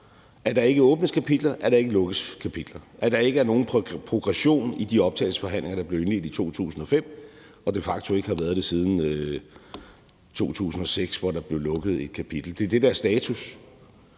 at der ikke åbnes kapitler, og at der ikke lukkes kapitler; at der ikke er nogen progression i de optagelsesforhandlinger, som blev indledt i 2005, og at der de facto ikke har været det siden 2006, hvor der blev lukket et kapitel. Det er det, der er status.